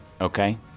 Okay